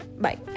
bye